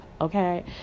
okay